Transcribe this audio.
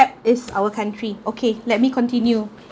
that is our country okay let me continue